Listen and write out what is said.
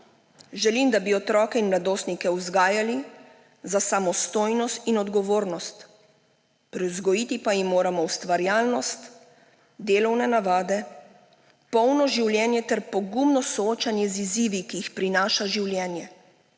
Želim, da bi otroke in mladostnike vzgajali za samostojnost in odgovornost, privzgojiti pa jim moramo ustvarjalnost, delovne navade, polno življenje ter pogumno soočenje z izzivi, ki jih prinaša življenje.